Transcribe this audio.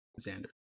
xander